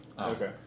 Okay